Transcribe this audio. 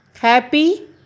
happy